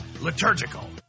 liturgical